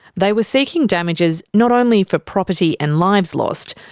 they were seeking damages not only for property and lives lost,